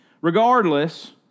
Regardless